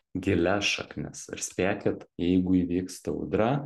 gilias šaknis ir spėkit jeigu įvyksta audra